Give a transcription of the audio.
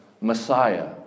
Messiah